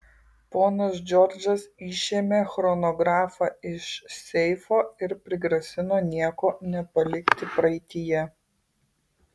ponas džordžas išėmė chronografą iš seifo ir prigrasino nieko nepalikti praeityje